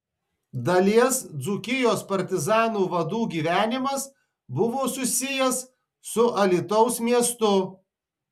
dalies dzūkijos partizanų vadų gyvenimas buvo susijęs su alytaus miestu